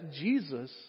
Jesus